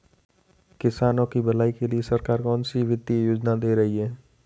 किसानों की भलाई के लिए सरकार कौनसी वित्तीय योजना दे रही है?